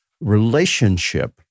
relationship